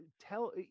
tell